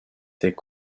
est